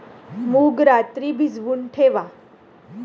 मूग रात्री भिजवून ठेवा